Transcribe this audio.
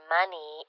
money